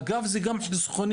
אגב זה גם חסכוני,